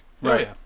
Right